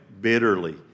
bitterly